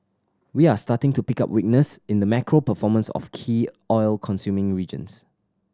we are starting to pick up weakness in the macro performance of key oil consuming regions